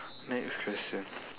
next question